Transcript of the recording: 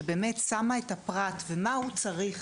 שבאמת שמה את הפרט ומה הוא צריך